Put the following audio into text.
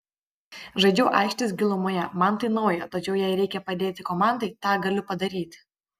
žaidžiau aikštės gilumoje man tai nauja tačiau jei reikia padėti komandai tą galiu padaryti